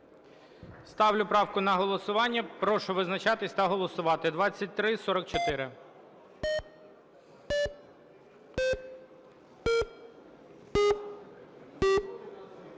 Ставлю правку на голосування. Прошу визначатись та голосувати. 2344.